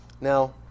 Now